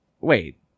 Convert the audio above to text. Wait